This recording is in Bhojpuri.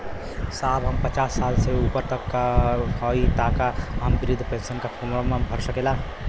साहब हम पचास साल से ऊपर हई ताका हम बृध पेंसन का फोरम भर सकेला?